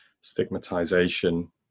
stigmatization